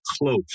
close